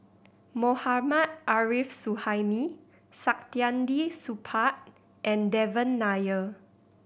Mohammad Arif Suhaimi Saktiandi Supaat and Devan Nair